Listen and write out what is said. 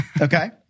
Okay